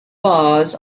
bars